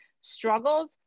struggles